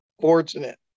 fortunate